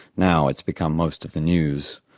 now it's become most of the news.